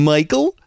Michael